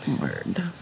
Word